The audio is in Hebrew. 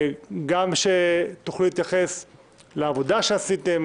תוכלו להתייחס גם לעבודה שעשיתם,